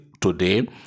today